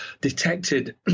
detected